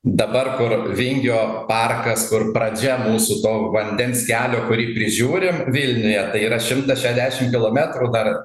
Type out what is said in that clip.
dabar kur vingio parkas kur pradžia mūsų to vandens kelio kurį prižiūrim vilniuje yra šimtas šešiasdešimt kilometrų dar